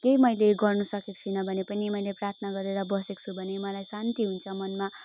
केही मैले गर्नु सकेको छुइनँ भने पनि मैले प्रार्थना गरेर बसेको छु भने मलाई शान्ति हुन्छ मनमा